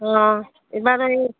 অঁ এইবাৰো এই